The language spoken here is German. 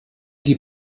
die